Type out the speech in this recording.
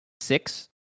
six